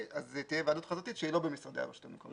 אז תהיה היוועדות חזותית שהיא לא במשרדי הרשות המקומית.